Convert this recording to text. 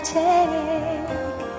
take